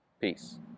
Peace